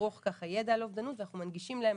לצרוך יידע על אובדנות ואנחנו מנגישים להם